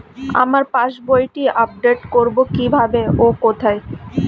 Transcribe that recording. আমার পাস বইটি আপ্ডেট কোরবো কীভাবে ও কোথায়?